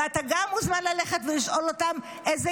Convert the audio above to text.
ואתה גם מוזמן ללכת ולשאול אותם איזה